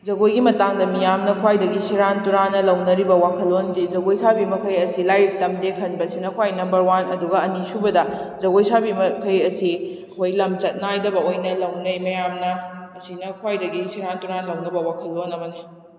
ꯖꯒꯣꯏꯒꯤ ꯃꯇꯥꯡꯗ ꯃꯤꯌꯥꯝꯅ ꯈ꯭ꯋꯥꯏꯗꯒꯤ ꯁꯦꯔꯥꯟ ꯇꯨꯔꯥꯟꯅ ꯂꯧꯅꯔꯤꯕ ꯋꯥꯈꯜꯂꯣꯟꯗꯤ ꯖꯒꯣꯏ ꯁꯥꯕꯤ ꯃꯈꯩ ꯑꯁꯤ ꯂꯥꯏꯔꯤꯛ ꯇꯝꯗꯦ ꯈꯟꯕꯁꯤꯅ ꯈ꯭ꯋꯥꯏ ꯅꯝꯕꯔ ꯋꯥꯟ ꯑꯗꯨꯒ ꯑꯅꯤ ꯁꯨꯕꯗ ꯖꯒꯣꯏ ꯁꯥꯕꯤ ꯃꯈꯩ ꯑꯁꯤ ꯑꯩꯈꯣꯏ ꯂꯝꯆꯠ ꯅꯥꯏꯗꯕ ꯑꯣꯏꯅ ꯂꯧꯅꯩ ꯃꯌꯥꯝꯅ ꯃꯁꯤꯅ ꯈ꯭ꯋꯥꯏꯗꯒꯤ ꯁꯦꯔꯥꯟ ꯇꯨꯔꯥꯟ ꯂꯧꯅꯕ ꯋꯥꯈꯜꯂꯣꯟ ꯑꯃꯅꯤ